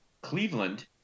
Cleveland